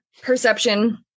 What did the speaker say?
perception